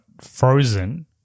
Frozen